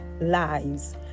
lives